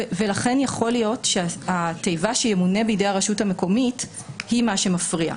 לכן יכול להיות שהתיבה "שימונה בידי הרשות המקומית" היא מה שמפריע.